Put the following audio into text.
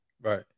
Right